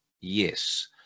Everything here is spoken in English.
yes